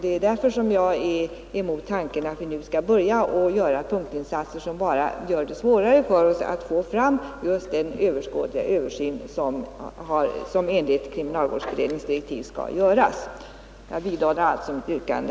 Det är anledningen till att jag motsätter mig tanken att nu genomföra punktinsatser, som bara gör det svårare för oss att åstadkomma den överskådliga översyn som enligt kriminalvårdsberedningens direktiv skall vidtas. Jag vidhåller således mitt yrkande.